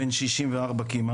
בן 64 כמעט,